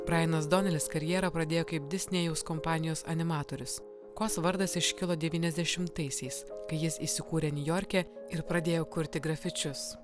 brainas donelis karjerą pradėjo kaip disnėjaus kompanijos animatorius kaws vardas iškilo devyniasdešimtaisiais kai jis įsikūrė niujorke ir pradėjo kurti grafičius